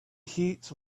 heat